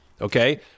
Okay